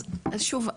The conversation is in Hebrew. שוב,